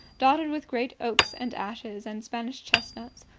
dotted with great oaks and ashes and spanish chestnuts,